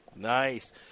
Nice